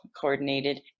coordinated